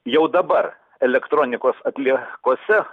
jau dabar elektronikos atliekose